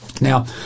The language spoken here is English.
Now